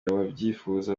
ababyifuza